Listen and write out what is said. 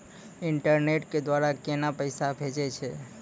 Internet के द्वारा केना पैसा भेजय छै?